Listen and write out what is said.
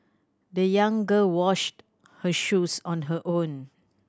the young girl washed her shoes on her own